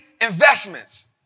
investments